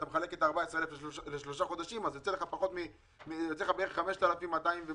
ואם אתה מחלק 14,000 לשלושה חודשים יוצא לך בערך 5,300 דירות.